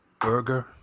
Burger